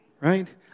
right